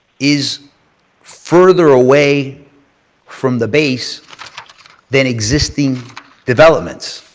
is further away from the base than existing developments.